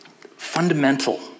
fundamental